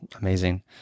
Amazing